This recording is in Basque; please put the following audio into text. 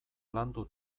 landu